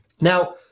Now